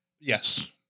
Yes